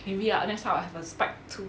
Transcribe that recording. maybe ah that's why I'll have a spike two